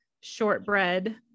shortbread